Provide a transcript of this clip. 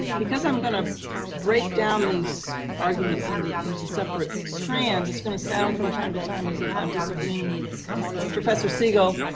because i'm going to break down these arguments into into separate strands, it's going to sound from time to time as if i'm disagreeing with professor siegel.